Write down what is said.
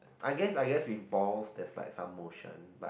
I guess I guess we balls there's like some motion but